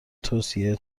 توصیه